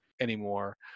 anymore